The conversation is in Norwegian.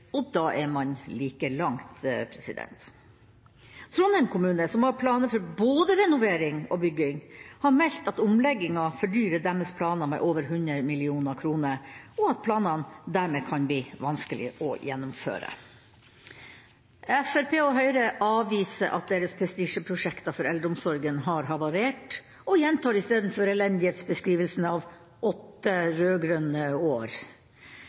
og da er man like langt. Trondheim kommune, som har planer for både renovering og bygging, har meldt at omleggingen fordyrer deres planer med over 100 mill. kr, og at planene dermed kan bli vanskelige å gjennomføre. Fremskrittspartiet og Høyre avviser at deres prestisjeprosjekter for eldreomsorgen har havarert og gjentar istedenfor elendighetsbeskrivelsene av åtte rød-grønne år.